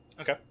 Okay